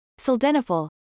Sildenafil